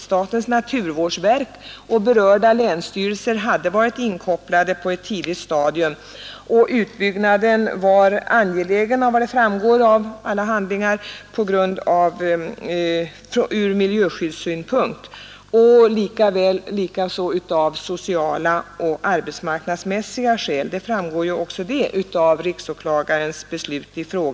Statens naturvårdsverk och berörda länsstyrelser hade varit inkopplade på ett tidigt stadium, och av alla handlingar framgår att utbyggnaden var angelägen ur miljöskyddssynpunkt samt av sociala och arbetsmarknadsmässiga skäl. Det framgår också av riksåklagarens beslut.